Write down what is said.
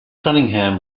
cunningham